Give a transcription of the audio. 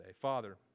Father